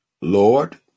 Lord